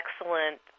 excellent